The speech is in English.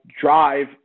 drive